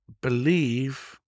believe